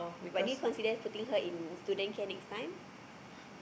but do you consider putting her in student care next time